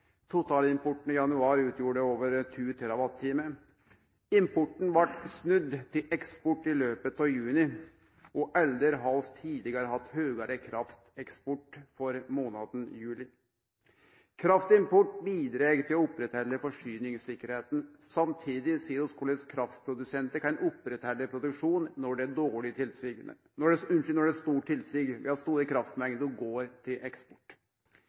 Totalimporten i januar utgjorde over 2 TWh. Importen blei snudd til eksport i løpet av juni, og aldri har vi tidlegare hatt høgare krafteksport for månaden juli. Kraftimport bidreg til å oppretthalde forsyningstryggleiken. Samtidig ser vi korleis kraftprodusentar kan oppretthalde produksjonen når det er stort tilsig